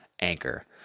Anchor